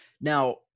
Now